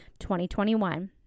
2021